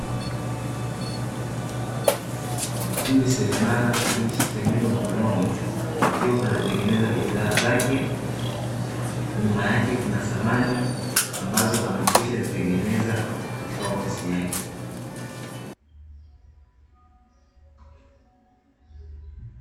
Fundi seremala aliyeshika nyundo mkononi akiwa anatengeneza bidhaa zake, nyuma yake kuna samani ambazo amekwisha zitengeneza katika ofisi yake.